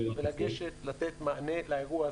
ולגשת, לתת מענה לאירוע הזה.